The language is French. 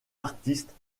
artistes